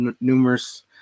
numerous